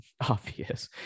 obvious